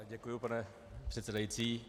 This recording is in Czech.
Děkuji, pane předsedající.